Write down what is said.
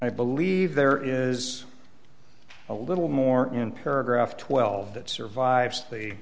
i believe there is a little more in paragraph twelve that survives the